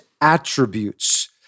attributes